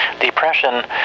depression